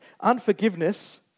Unforgiveness